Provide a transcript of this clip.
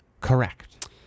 correct